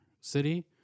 City